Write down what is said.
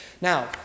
Now